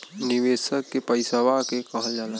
निवेशक के पइसवा के कहल जाला